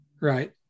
Right